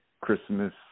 Christmas